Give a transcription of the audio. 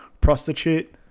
prostitute